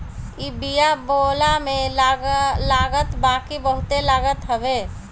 इ बिया बोअला में लागत बाकी बहुते लागत हवे